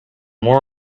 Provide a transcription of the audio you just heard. more